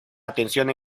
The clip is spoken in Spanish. atención